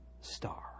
star